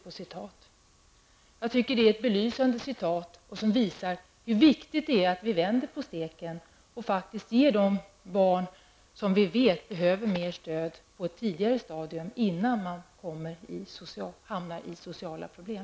Jag tycker att detta är ett belysande citat. Det visar hur viktigt det är att vi vänder på steken och faktiskt ger de barn, som vi vet behöver detta, stöd på ett tidigare stadium innan de hamnar i sociala problem.